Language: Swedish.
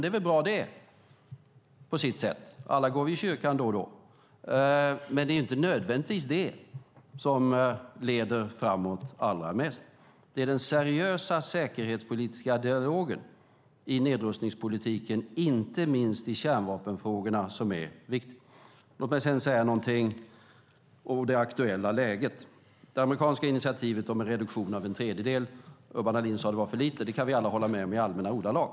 Det är väl bra, på sitt sätt - alla går vi i kyrkan då och då - men det är inte nödvändigtvis detta som leder framåt allra mest. Det är den seriösa säkerhetspolitiska dialogen i nedrustningspolitiken, inte minst i kärnvapenfrågorna, som är det viktiga. Låt mig sedan säga något om det aktuella läget. I fråga om det amerikanska initiativet om en reduktion med en tredjedel sade Urban Ahlin att det var för lite. Det kan vi alla hålla med om i allmänna ordalag.